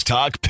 Talk